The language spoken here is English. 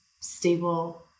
stable